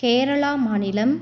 கேரளா மாநிலம்